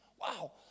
Wow